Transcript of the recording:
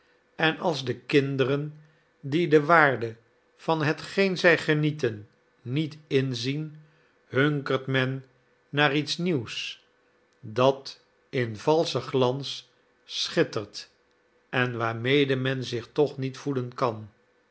en als de kinderen die de waarde van hetgeen zij genieten niet inzien hunkert men naar iets nieuws dat in valschen glans schittert en waarmede men zich toch niet voeden kan